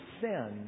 sin